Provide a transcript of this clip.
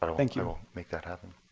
i will make that happen.